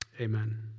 Amen